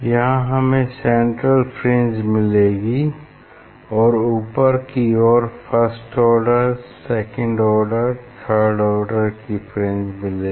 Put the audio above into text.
यहाँ हमें central fringe मिलेगी और ऊपर की ओर first order second order third order की फ्रिंजेस मिलेंगी